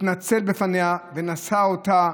התנצל בפניה ונשא אותה